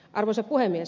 arvoisa puhemies